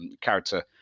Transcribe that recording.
character